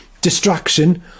distraction